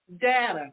data